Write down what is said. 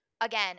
again